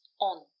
on